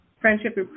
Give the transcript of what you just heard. Friendship